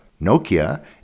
Nokia